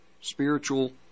spiritual